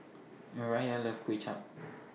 Mariah loves Kuay Chap